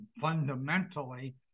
fundamentally